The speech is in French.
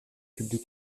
publie